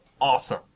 awesome